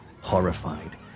horrified